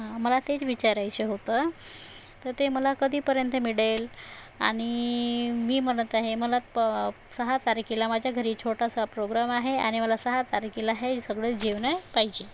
हां मला तेच विचारायचं होतं तर ते मला कधीपर्यंत मिळेल आणि मी म्हणत आहे मला प सहा तारखेला माझ्या घरी छोटासा प्रोग्राम आहे आणि मला सहा तारखेला हे सगळं जेवण आहे पाहिजे